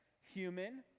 human